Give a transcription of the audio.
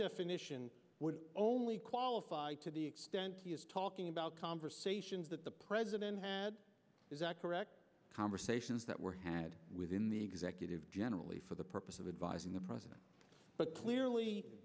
definition would only qualified to the extent he is talking about conversations that the president had is that correct conversations that were had within the executive generally for the purpose of advising the president but clearly